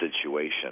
situation